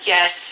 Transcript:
Yes